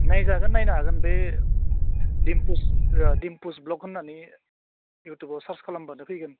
नायजागोन नायनो हागोन बे डिम्पुस डिम्पुस भ्लग होननानै इउटुबाव सार्च खालामब्लानो फैगोन